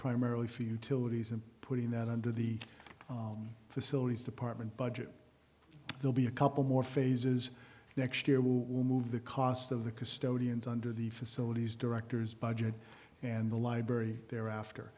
primarily for utilities and putting that under the facilities department budget they'll be a couple more phases next year will move the cost of the custodians under the facilities directors budget and the library thereafter